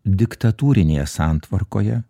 diktatūrinėje santvarkoje